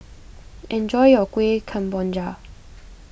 enjoy your Kueh Kemboja